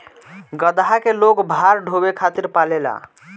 गदहा के लोग भार ढोवे खातिर पालेला